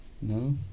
No